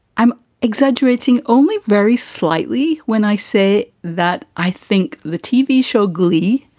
i'm exaggerating only very slightly when i say that i think the tv show glee,